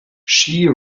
she